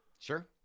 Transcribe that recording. Sure